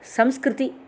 संस्कृति